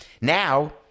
Now